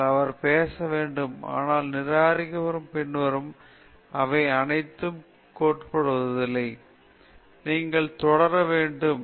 நீங்கள் அவர்களிடம் பேச வேண்டும் ஆனால் இந்த நிராகரிப்புக்குப் பின்னரும் கூட அவை அனைத்தும் கொடுக்கப்படுவதில்லை நீங்கள் தொடர வேண்டும்